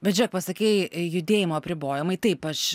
bet žiūrėk pasakei judėjimo apribojimai taip aš